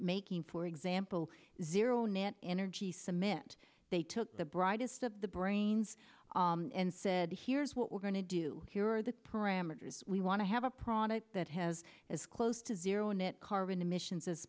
making for example zero net energy cement they took the brightest of the brains and said here's what we're going to do here are the parameters we want to have a product that has as close to zero net carbon emissions as